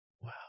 wow